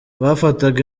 bafataga